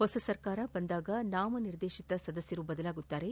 ಹೊಸ ಸರ್ಕಾರ ಬಂದಾಗ ನಾಮನಿರ್ದೇತನ ಸದಸ್ಯರು ಬದಲಾಗುತ್ತಾರೆ